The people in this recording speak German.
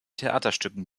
theaterstücken